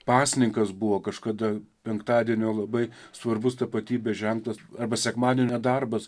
pasninkas buvo kažkada penktadienio labai svarbus tapatybės ženklas arba sekmadienio darbas